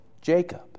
Jacob